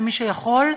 למי שיכול,